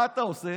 מה אתה עושה?